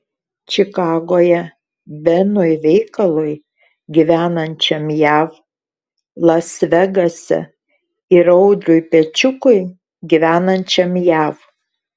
čikagoje benui veikalui gyvenančiam jav las vegase ir audriui pečiukui gyvenančiam jav